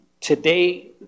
today